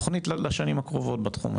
תוכנית לשנים הקרובות בתחום הזה.